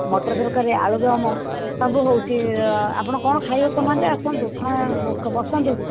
ମଟର ତରକାରୀ ଆଳୁଦମ୍ ସବୁ ହେଉଛି ଆପଣ କ'ଣ ଖାଇବେ କହୁନାହାନ୍ତି ଆସନ୍ତୁ ଖା ବସନ୍ତୁ